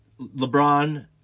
LeBron